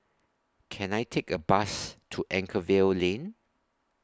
Can I Take A Bus to Anchorvale Lane